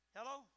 Hello